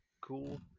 cool